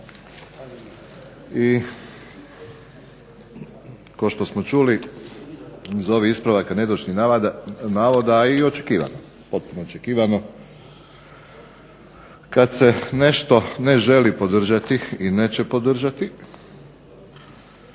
i kao što smo čuli iz ovih ispravaka netočnih navoda, a i očekivano, potpuno očekivano, kad se nešto ne želi podržati i neće podržati,